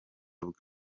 bwe